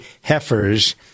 heifers